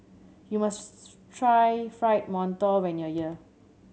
you must try Fried Mantou when you are here